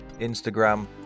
Instagram